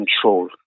control